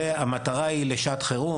זה למטרת מצב חירום,